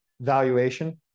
valuation